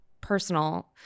personal